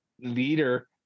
leader